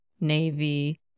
Navy